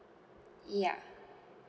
yeah